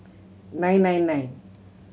nine nine nine